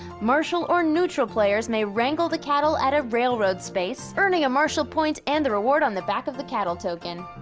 marshal or neutral players may wrangle the cattle at a railroad space, space, earning a marshal point and the reward on the back of the cattle token.